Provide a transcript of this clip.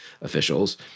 officials